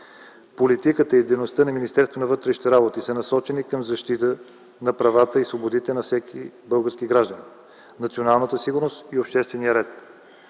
на вътрешните работи са насочени към защита на правата и свободите на всеки български гражданин, националната сигурност и обществения ред;